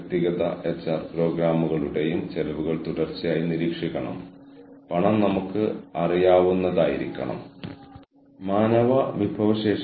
എങ്ങനെയാണ് എച്ച്ആർ മാനേജർമാർ പ്രോസസുകൾ ഓർഗനൈസ് ചെയ്യേണ്ടത് പ്രോസസുകളുടെ നിലനിർത്തലും ഡെലിഗേഷനും ചെയ്യേണ്ടത്